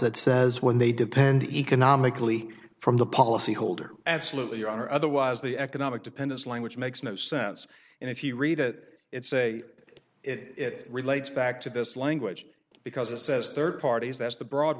that says when they depend economically from the policyholder absolutely on or otherwise the economic dependence language makes no sense and if you read it it say that it relates back to this language because it says third parties that's the broad